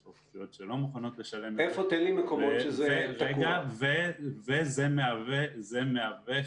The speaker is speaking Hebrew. יש רשויות שלא מוכנות לשלם את זה וזה מהווה חסם